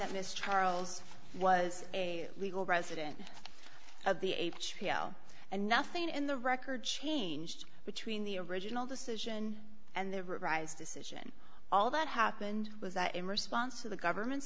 that mr charles was a legal resident of the h p o and nothing in the record changed between the original decision and the revised decision all that happened was that in response to the government's